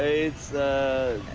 it's the